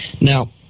Now